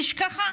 נשכחה.